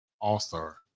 All-Star